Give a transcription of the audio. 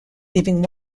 leaving